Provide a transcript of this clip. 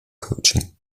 coaching